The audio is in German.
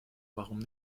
warum